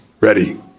ready